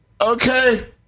Okay